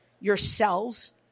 yourselves